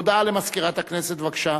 הודעה למזכירת הכנסת, בבקשה.